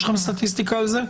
יש לכם סטטיסטיקה על זה?